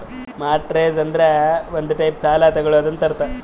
mortgage ಅಂದುರ್ ಒಂದ್ type ಸಾಲ ತಗೊಳದಂತ್ ಅರ್ಥ